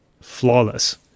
flawless